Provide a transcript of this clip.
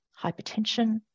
hypertension